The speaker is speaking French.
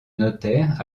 notaire